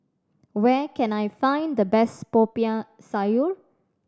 where can I find the best Popiah Sayur